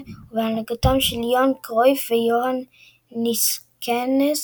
בהנהגתם של יוהאן קרויף ויוהאן ניסקנס,